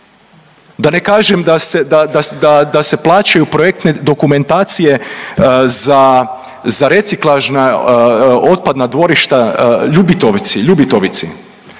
da, da, da se plaćaju projektne dokumentacije za, za reciklažna otpadna dvorište Ljubitovci,